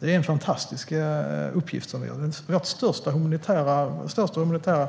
Det är en fantastisk uppgift och vår största humanitära